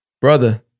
brother